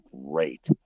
great